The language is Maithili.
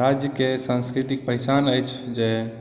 राज्यके सांस्कृतिक पहिचान अछि जे